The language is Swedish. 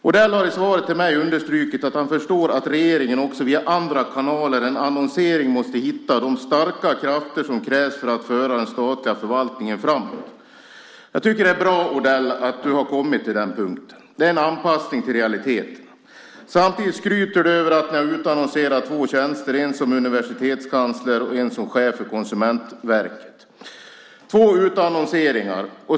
Odell har i svaret till mig understrukit att han förstår att regeringen också via andra kanaler än annonsering måste hitta de starka krafter som krävs för att föra den statliga förvaltningen framåt. Det är bra, Odell, att du har kommit till den punkten. Det är en anpassning till realiteterna. Samtidigt skryter du över att ni har utannonserat två tjänster, en som universitetskansler och en som chef för Konsumentverket. Det är två utannonseringar.